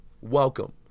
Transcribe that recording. Welcome